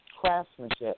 craftsmanship